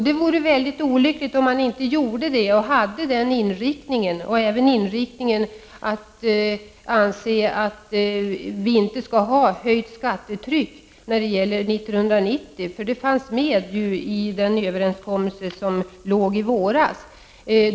Det är olyckligt om man inte gör det och inte anser att skattetrycket inte skall höjas 1990. Det fanns nämligen med i överenskommelsen i våras.